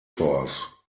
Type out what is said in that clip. force